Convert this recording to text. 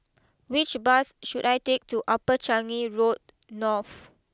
which bus should I take to Upper Changi Road North